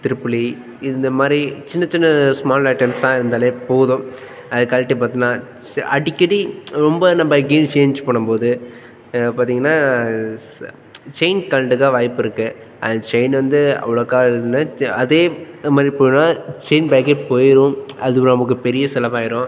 திருப்புளி இந்த மாதிரி சின்ன சின்ன ஸ்மால் ஐட்டம்ஸ்செல்லாம் இருந்தாலே போதும் அதை கழட்டி பார்த்தீன்னா ஸ்ஸ அடிக்கடி ரொம்ப நம்ம க்யர் சேஞ்ஜ் பண்ணும் போது பார்த்தீங்கன்னா ச செயின் கழண்டுக்க வாய்ப்பு இருக்குது அது செயின் வந்து அவ்வளோக்கா இல்லை அதே மாதிரி போனால் செயின் பேகே போயிடும் அது நமக்கு பெரிய செலவாகிரும்